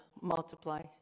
multiply